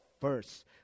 first